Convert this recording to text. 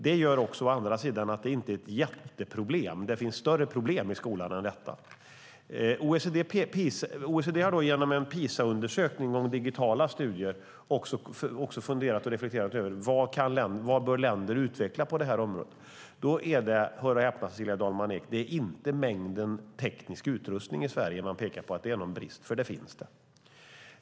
Det gör också å andra sidan att det inte är ett jätteproblem. Det finns större problem i skolan än detta. OECD har genom en PISA-undersökning om digitala studier också funderat och reflekterat över vad länder bör utveckla på det här området. Hör och häpna, Cecilia Dalman Eek: Det är inte mängden teknisk utrustning i Sverige det är någon brist på, för det finns.